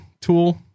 tool